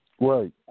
Right